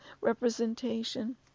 representation